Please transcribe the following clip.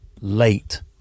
late